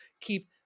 keep